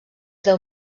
deu